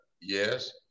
Yes